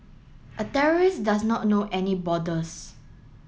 a terrorist does not know any borders